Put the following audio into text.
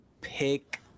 pick